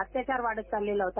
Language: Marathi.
अत्याचार वाढत चाललेला होता